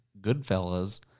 Goodfellas